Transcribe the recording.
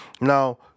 Now